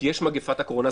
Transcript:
כי יש מגפת הקורונה.